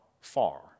far